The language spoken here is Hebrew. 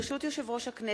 ברשות יושב-ראש הכנסת,